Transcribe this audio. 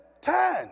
ten